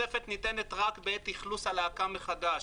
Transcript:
היא ניתנת רק בעת אכלוס הלהקה מחדש.